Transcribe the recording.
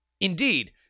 Indeed